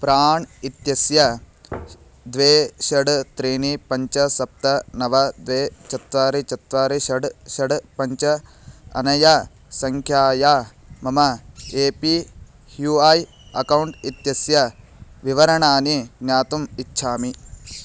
प्राण् इत्यस्य द्वे षट् त्रीणि पञ्च सप्त नव द्वे चत्वारि चत्वारि षट् षट् पञ्च अनया सङ्ख्यया मम ए पी ह्युऐ अकौण्ट् इत्यस्य विवरणानि ज्ञातुम् इच्छामि